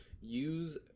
use